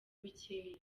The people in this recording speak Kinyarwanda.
bikeya